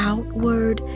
Outward